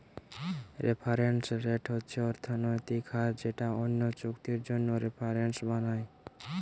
reference rate হচ্ছে অর্থনৈতিক হার যেটা অন্য চুক্তির জন্যে রেফারেন্স বানায়